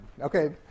Okay